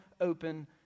open